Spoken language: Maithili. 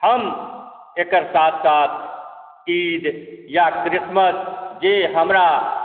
हम एकर साथ साथ ईद या क्रिसमस जे हमरा